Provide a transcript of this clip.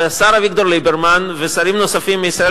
והשר אביגדור ליברמן ושרים נוספים מישראל